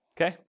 Okay